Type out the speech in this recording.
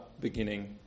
beginning